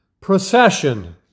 procession